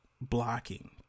blocking